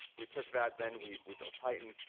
we took that, then we we built titan.